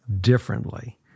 differently